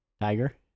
tiger